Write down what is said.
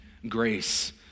Grace